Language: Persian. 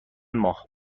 ماه